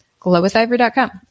Glowwithivory.com